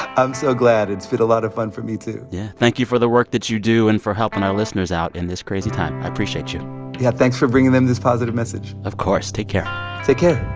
i'm so glad. it's been a lot of fun for me, too yeah. thank you for the work that you do and for helping our listeners out in this crazy time. i appreciate you yeah, thanks for bringing in this positive message of course. take care take care